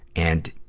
and,